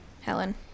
Helen